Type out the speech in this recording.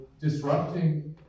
disrupting